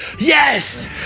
yes